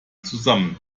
zusammen